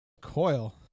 coil